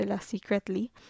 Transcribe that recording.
secretly